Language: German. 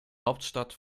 hauptstadt